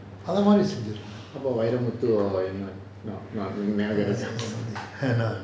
அந்த மாரி செஞ்சி இருக்கனும்:antha maari senji irukanum